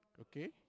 Okay